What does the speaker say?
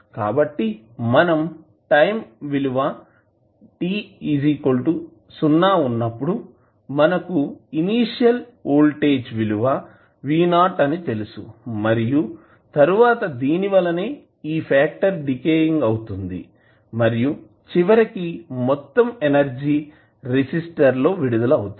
కాబట్టి మనం టైం విలువ t సున్నాఅనగా t0 వున్నప్పుడు మనకు ఇనీషియల్ వోల్టేజ్ విలువ V0 అని తెలుసు మరియు తరువాత దీని వలనే ఈ ఫాక్టర్ డికెయింగ్ అవుతుంది మరియు చివరకి మొత్తం ఎనర్జీ రెసిస్టర్ లో విడుదల అవుతుంది